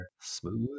smooth